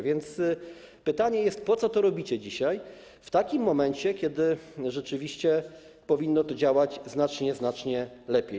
Więc pytanie jest: Po co to robicie dzisiaj w takim momencie, kiedy rzeczywiście powinno to działać znacznie, znacznie lepiej?